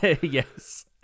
Yes